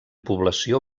població